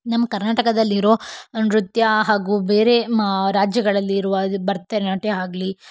ನಮ್ಮ ಕರ್ನಾಟಕದಲ್ಲಿರೋ ನೃತ್ಯ ಹಾಗೂ ಬೇರೆ ರಾಜ್ಯಗಳಲ್ಲಿರುವ ಭರತನಾಟ್ಯ ಆಗಲಿ